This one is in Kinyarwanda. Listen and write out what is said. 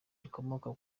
rikomoka